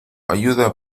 ayuda